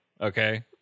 okay